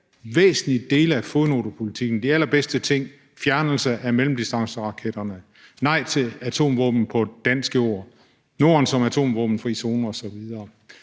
væsentlige dele af fodnotepolitikken – de allerbedste ting: fjernelse af mellemdistanceraketterne, nej til atomvåben på dansk jord, Norden som atomvåbenfri zone osv.